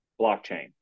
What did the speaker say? blockchain